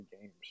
games